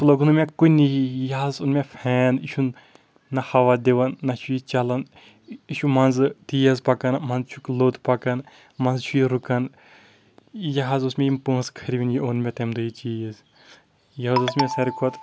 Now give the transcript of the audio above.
سُہ لوٚگ نہِ مےٚ کُنہِ یہِ حظ اوٚن مےٚ فین یہِ چھُنہٕ نہ ہوا دِوان نہ چھُ یہِ چلان یہِ چھُ منٛزٕ تیز پکان منٛزٕ چھُ لوٚت پکان منٛزٕ چھُ یہِ رُکان یہِ حظ اوس مےٚ یِم پۄنٛسہٕ خروِنۍ یہِ اوٚن مےٚ تمہِ دۄہ یہِ چیٖز یہِ حظ اوس مےٚ ساروٕے کھۄتہٕ